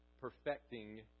Perfecting